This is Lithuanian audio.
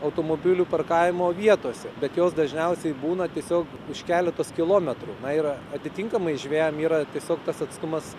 automobilių parkavimo vietose bet jos dažniausiai būna tiesiog už keletos kilometrų na yra atitinkamai žvejam yra tiesiog tas atstumas